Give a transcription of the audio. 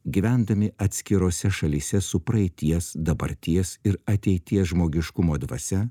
gyvendami atskirose šalyse su praeities dabarties ir ateities žmogiškumo dvasia